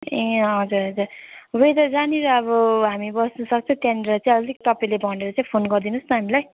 ए हजुर हजुर वेदर जहाँनिर अब हामी बस्नुसक्छ त्यहाँनिर चाहिँ अलिक तपाईँले भनेर चाहिँ फोन गरिदिनु होस् न हामीलाई